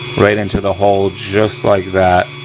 right into the hole just like that.